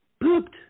pooped